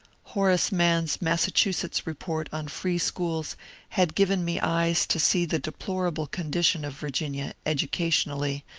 horace mann s massachusetts report on free schools had given me eyes to see the deplorable condition of virginia, educationally,